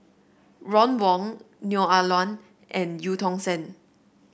Ron Wong Neo Ah Luan and Eu Tong Sen